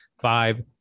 five